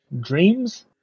Dreams